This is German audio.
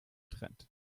trend